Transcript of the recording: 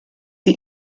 sie